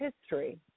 history